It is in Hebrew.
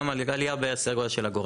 גם עלייה בסדר גודל של אגורה.